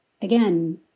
Again